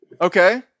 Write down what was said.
Okay